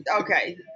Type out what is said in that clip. okay